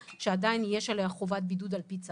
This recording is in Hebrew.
שעדיין יש עליה חובת בידוד על פי צו,